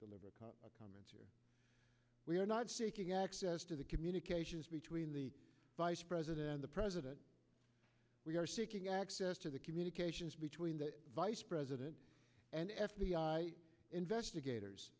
deliver a comment or we are not seeking access to the communications between the vice president and the president we are seeking access to the communications between the vice president and f b i investigators